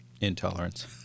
Intolerance